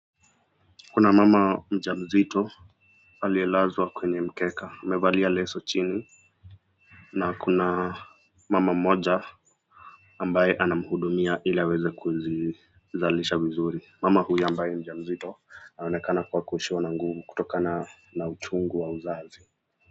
Kuna mama mjamzito alilazwa kwenye mkeka. Amevalia leso chini na kuna mama moja ambaye anamhudumia ili aweze kuzizalisha mzuri, mama huyu ambaye ni mjamzito anaonekana kuwa kuishiwa na nguvu, kutokana na uchungu wa uzazi.